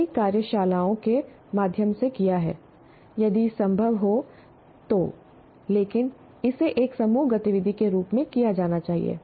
यह हमने कई कार्यशालाओं के माध्यम से किया है यदि संभव हो तो लेकिन इसे एक समूह गतिविधि के रूप में किया जाना चाहिए